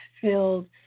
filled